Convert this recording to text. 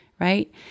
right